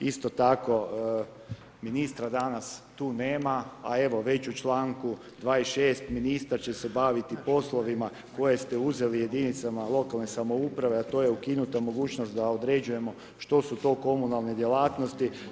Isto tako ministra danas tu nema, a evo već u članku 26. ministar će se baviti poslovima koje ste uzeli jedinicama lokalne samouprave, a to je ukinuta mogućnost da određujemo što su to komunalne djelatnosti.